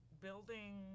building